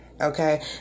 okay